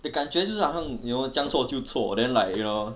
的感觉就好像 you know 将错就错 then like you know